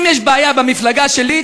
אם יש בעיה במפלגה שלי,